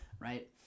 right